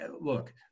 look